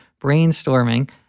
brainstorming